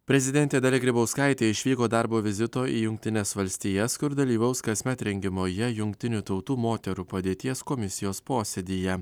prezidentė dalia grybauskaitė išvyko darbo vizito į jungtines valstijas kur dalyvaus kasmet rengiamoje jungtinių tautų moterų padėties komisijos posėdyje